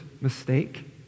mistake